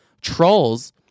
trolls